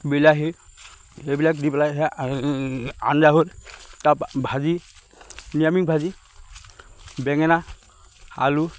বিলাহী সেইবিলাক দি পেলাই আঞ্জা হ'ল তাৰপৰা ভাজি নিৰামিষ ভাজি বেঙেনা আলু